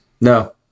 No